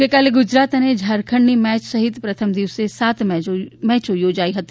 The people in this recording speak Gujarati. ગઈકાલે ગુજરાત અને ઝારખંડની મેચ સહિત પ્રથમ દિવસે સાત મેચો યોજાઈ હતી